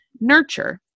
nurture